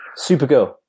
Supergirl